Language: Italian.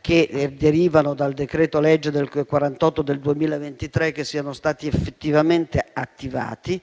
che derivano dal decreto-legge n. 48 del 2023 che siano stati effettivamente attivati;